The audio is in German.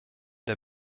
der